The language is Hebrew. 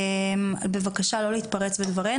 בבקשה לא להתפרץ לדברינו.